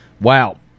Wow